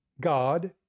God